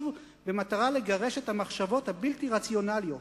במטרה לגרש את המחשבות הבלתי-רציונליות.